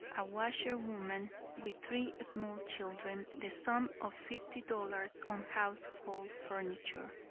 a washer-woman with three small children, the sum of fifty dollars on household furniture.